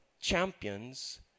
champions